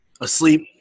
Asleep